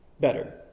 better